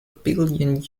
billion